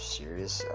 serious